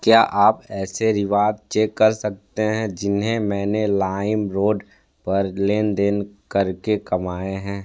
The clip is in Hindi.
क्या आप ऐसे रिवॉर्ड चेक कर सकते है जिन्हें मैंने लाइम रोड पर लेनदेन करके कमाएं है